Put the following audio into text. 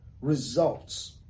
results